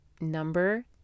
Number